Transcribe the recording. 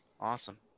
awesome